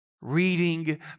reading